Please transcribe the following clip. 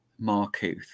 Markuth